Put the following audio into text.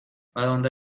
adonde